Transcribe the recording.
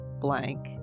blank